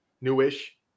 Newish